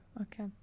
Okay